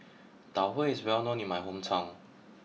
Tau Huay is well known in my hometown